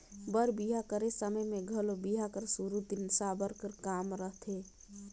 बर बिहा कर समे मे घलो बिहा कर सुरू दिन साबर कर काम रहथे